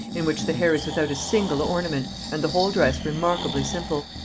in which the hair is without a single ornament and the whole dress remarkably simple.